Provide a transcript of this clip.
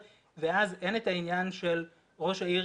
ואז אין את העניין של ראש העיר,